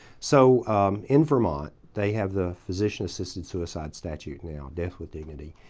so in vermont, they have the physician assisted suicide statute now. death with dignity.